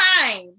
time